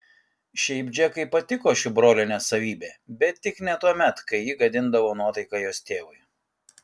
šiaip džekai patiko ši brolienės savybė bet tik ne tuomet kai ji gadindavo nuotaiką jos tėvui